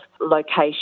location